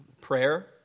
prayer